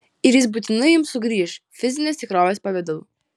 ir jis būtinai jums sugrįš fizinės tikrovės pavidalu